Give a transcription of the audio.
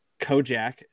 Kojak